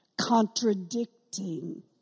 contradicting